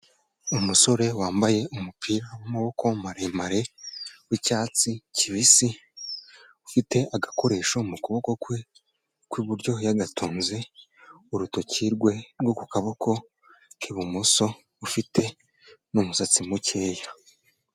Umusore wambaye umupira w'amaboko maremare w'icyatsi kibisi, ufite agakoresho mu kuboko kwe kw'iburyo yagatunze urutoki rwe rwo ku kaboko k'ibumoso, ufite n'umusatsi mukeya.